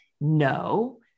No